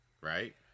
right